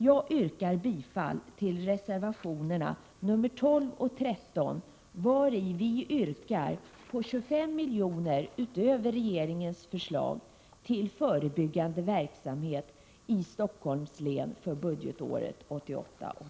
Jag yrkar bifall till reservationerna 12 och 13, vari vi begär 25 milj.kr. utöver regeringens förslag till förebyggande verksamhet i Stockholms län för budgetåret 1988/89.